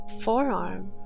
forearm